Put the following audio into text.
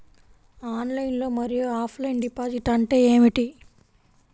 Online మరియు offline deposit అంటే ఏమిటి?